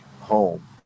home